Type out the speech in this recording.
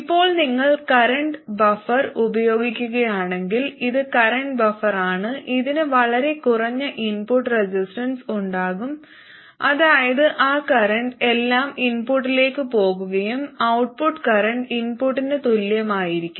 ഇപ്പോൾ നിങ്ങൾ current buffer ഉപയോഗിക്കുകയാണെങ്കിൽ ഇത് കറന്റ് ബഫറാണ് ഇതിന് വളരെ കുറഞ്ഞ ഇൻപുട്ട് റെസിസ്റ്റൻസ് ഉണ്ടാകും അതായത് ആ കറന്റ് എല്ലാം ഇൻപുട്ടിലേക്ക് പോകുകയും ഔട്ട്പുട്ട് കറന്റ് ഇൻപുട്ടിന് തുല്യമായിരിക്കും